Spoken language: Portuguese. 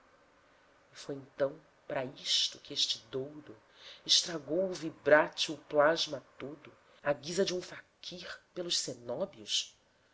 foi então para isto que esse doudo estragou o vibrátil plasma todo à guisa de um faquir pelos cenóbios